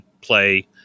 play